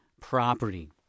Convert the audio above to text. property